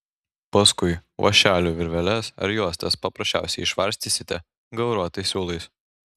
paskui vąšeliu virveles ar juostas paprasčiausiai išvarstysite gauruotais siūlais